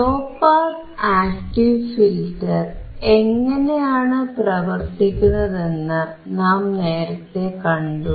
law pass active filter എങ്ങനെയാണ് പ്രവർത്തിക്കുന്നതെന്ന് നാം നേരത്തേ കണ്ടു